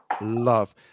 love